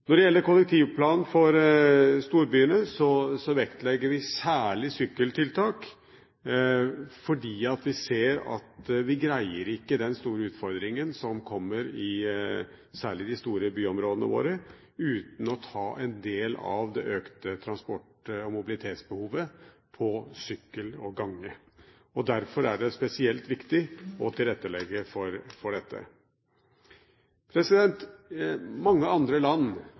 Når det gjelder kollektivplanen for storbyene, vektlegger vi særlig sykkeltiltak, fordi vi ser at vi ikke greier den store utfordringen som kommer særlig i de store byområdene våre, uten å ta en del av det økte transport- og mobilitetsbehovet på sykkel og gange. Og derfor er det spesielt viktig å tilrettelegge for dette. Mange andre land